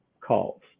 calls